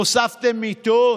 הוספתם מיטות?